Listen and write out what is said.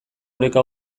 oreka